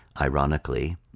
ironically